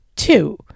Two